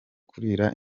kurira